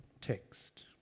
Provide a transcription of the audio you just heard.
text